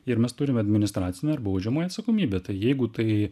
ir mes turime administracinę ir baudžiamąją atsakomybę tad jeigu tai